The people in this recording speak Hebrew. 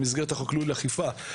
במסגרת החוק לניהול אכיפה,